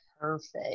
Perfect